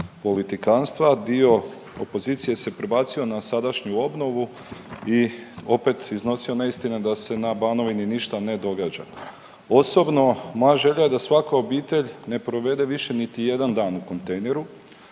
dio opozicije se prebacio na sadašnju obnovu i opet iznosio neistine da se na Banovini ništa na događa. Osobno moja želja je da svaka obitelj ne provede više niti jedan dan u kontejneru.